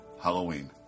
Halloween